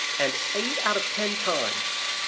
and eight out of ten times,